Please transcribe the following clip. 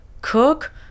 cook